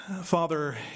Father